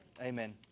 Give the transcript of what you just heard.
Amen